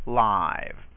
live